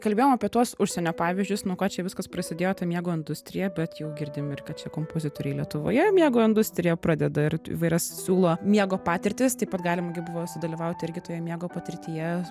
kalbėjom apie tuos užsienio pavyzdžius nuo ko čia viskas prasidėjo ta miego industrija bet jau girdim ir kad čia kompozitoriai lietuvoje miego industriją pradeda ir t įvairias siūlo miego patirtis taip pat galim gi buvo sudalyvauti irgi toj miego patirtyje